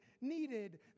needed